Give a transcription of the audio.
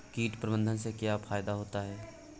कीट प्रबंधन से क्या फायदा होता है?